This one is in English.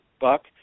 buck